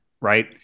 right